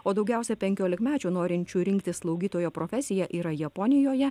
o daugiausia penkiolikmečių norinčių rinktis slaugytojo profesija yra japonijoje